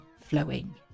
flowing